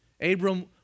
Abram